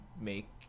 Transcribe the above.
make